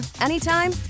anytime